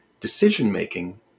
Decision-making